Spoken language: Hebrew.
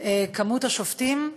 מספר השופטים,